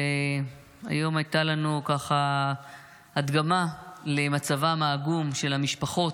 היום הייתה לנו ככה הדגמה למצבם העגום של המשפחות,